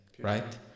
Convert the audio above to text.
right